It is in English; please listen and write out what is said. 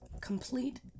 complete